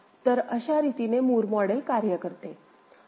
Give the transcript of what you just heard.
तर अश्या रीतीने मूर मॉडेल कार्य करते